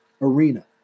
arena